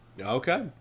okay